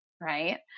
Right